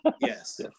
Yes